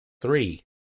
Three